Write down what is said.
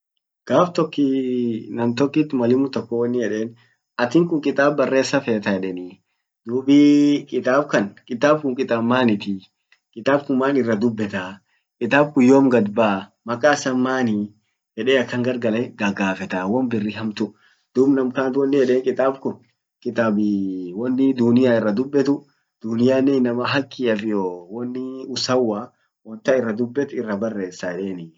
gaf tok nam tokit malimu tokon wonin yeden atinkun kitab barresa feta edeni? Dub kitab kan kitab kun kitab manitii kit